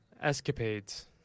Escapades